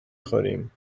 خوریم